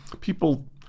people